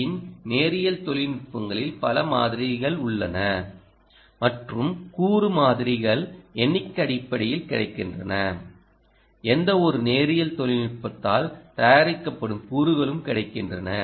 யின் நேரியல் தொழில்நுட்பங்களின் பல மாதிரிகள் உள்ளன மற்றும் கூறு மாதிரிகள் எண்ணிக்கை அடிப்படையில் கிடைக்கின்றன எந்தவொரு நேரியல் தொழில்நுட்பத்தால் தயாரிக்கப்படும் கூறுகளும் கிடைக்கின்றன